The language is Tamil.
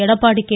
எடப்பாடி கே